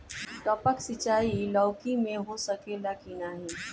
टपक सिंचाई लौकी में हो सकेला की नाही?